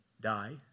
die